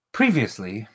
previously